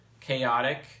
chaotic